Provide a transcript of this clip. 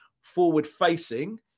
forward-facing